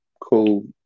Cool